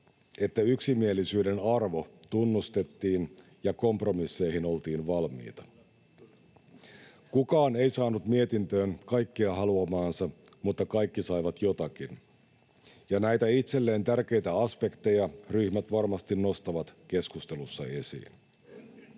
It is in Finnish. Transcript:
että yksimielisyyden arvo tunnustettiin ja kompromisseihin oltiin valmiita. [Kokoomuksen ryhmästä: Kyllä, kyllä!] Kukaan ei saanut mietintöön kaikkea haluamaansa, mutta kaikki saivat jotakin, ja näitä itselleen tärkeitä aspekteja ryhmät varmasti nostavat keskustelussa esiin.